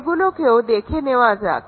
সেগুলোকেও দেখে নেওয়া যাক